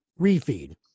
Refeed